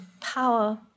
power